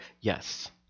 yes